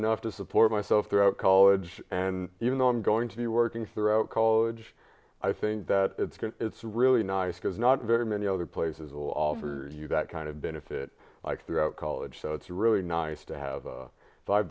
enough to support myself throughout college and even though i'm going to be working throughout college i think that it's really nice because not very many other places or for you that kind of benefit throughout college so it's really nice to have five